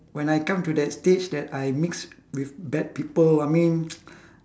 when I come to that stage that I mix with bad people I mean